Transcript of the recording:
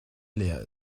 leer